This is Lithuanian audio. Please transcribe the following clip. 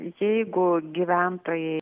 jeigu gyventojai